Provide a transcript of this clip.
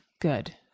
Good